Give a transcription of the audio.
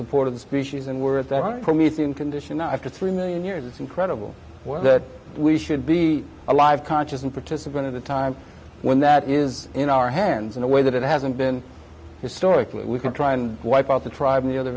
support of the species and we're at that promethean condition now after three million years it's incredible that we should be alive conscious and participant at a time when that it is in our hands in a way that it hasn't been historically we can try and wipe out the tribe in the other